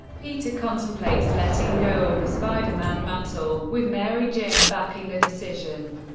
peter contemplates letting go of the spider-man mantle, with mary jane backing the decision,